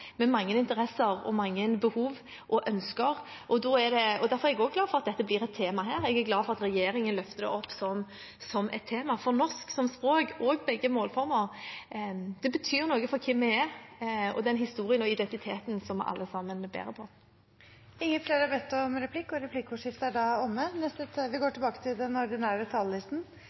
med mange interesser og mange behov og ønsker. Jeg er glad for at dette er blitt et tema, og jeg er glad for at regjeringen løfter det opp som et tema, for norsk som språk – begge målformene – betyr noe for hvem vi er, og den historien og identiteten som vi alle sammen bærer på. Replikkordskiftet er omme. De talere som heretter får ordet, har også en taletid på inntil 3 minutter. Dette er ei sak som kanskje ikke har hatt den